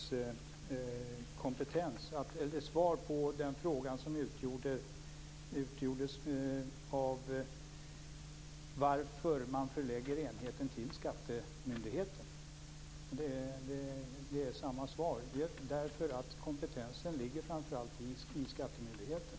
Svaret blir detsamma, nämligen att kompetensen när det gäller skattebrott finns hos framför allt skattemyndigheten.